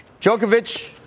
Djokovic